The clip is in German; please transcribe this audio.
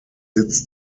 sitz